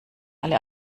alle